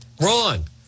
Wrong